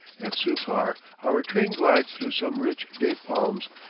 at sukhar our train glides through some rich date-palms,